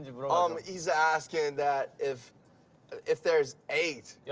ah um he's asking that if if there's eight, yeah